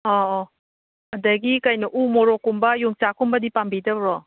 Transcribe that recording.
ꯑꯣ ꯑꯣ ꯑꯒꯗꯤ ꯀꯩꯅꯣ ꯎꯃꯣꯔꯣꯛꯀꯨꯝꯕ ꯌꯣꯡꯆꯥꯛꯀꯨꯝꯕꯗꯤ ꯄꯥꯝꯕꯤꯗꯕ꯭ꯔꯣ